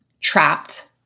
trapped